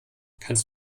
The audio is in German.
kannst